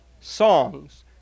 songs